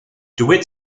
dewitt